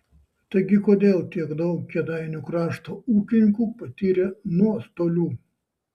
taigi kodėl tiek daug kėdainių krašto ūkininkų patyrė nuostolių